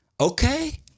Okay